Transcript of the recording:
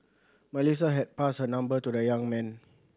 Melissa had passed her number to the young man